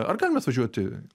ar galim mes važiuoti